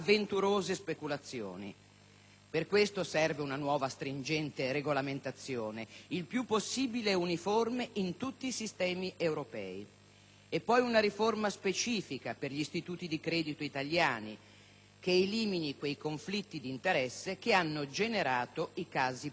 Per questo serve una nuova stringente regolamentazione, il più possibile uniforme in tutti i sistemi europei. E poi una riforma specifica per gli istituti di credito italiani, che elimini quei conflitti di interesse che hanno generato i casi Parmalat e Cirio.